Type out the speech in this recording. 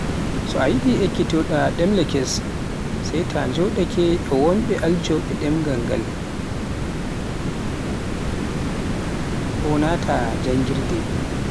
so a yiɗi ekkitoɗa ɗemle kes, sai ta jooɗaake ke e wonbe aljoobe ɗemgal nga, ko naata janngide,